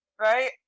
right